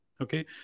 Okay